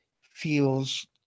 feels